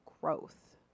growth